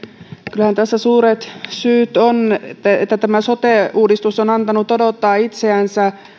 kyllähän tässä suuret syyt on siihen että tämä sote uudistus on antanut odottaa itseänsä